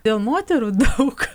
dėl moterų daug